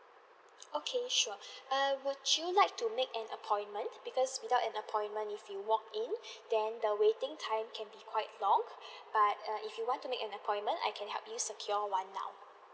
okay sure err would you like to make an appointment because without an appointment if you walk in then the waiting time can be quite long but err if you want to make an appointment I can help your secure one now